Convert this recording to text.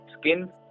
Skin